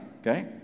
Okay